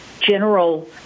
general